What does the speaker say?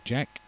Jack